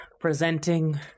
presenting